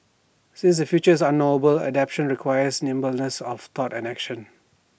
since the future is unknowable adaptation requires nimbleness of thought and action